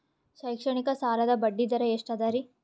ಶೈಕ್ಷಣಿಕ ಸಾಲದ ಬಡ್ಡಿ ದರ ಎಷ್ಟು ಅದರಿ?